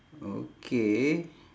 okay